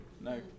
No